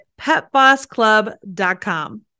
PetBossClub.com